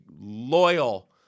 loyal